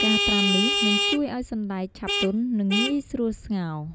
ការត្រាំនេះនឹងជួយឱ្យសណ្ដែកឆាប់ទន់ និងងាយស្រួលស្ងោរ។